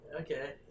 Okay